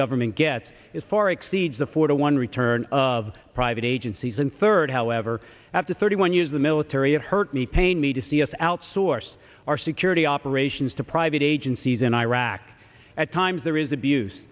government gets is far exceeds the four to one return of private agencies and third however after thirty one years the military it hurt me pain me to see us outsource our security operations to private agencies in iraq at times there is abuse